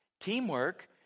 Teamwork